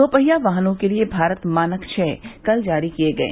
दोपहिया वाहनों के लिए भारत मानक छ कल जारी किये गये